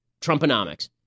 Trumponomics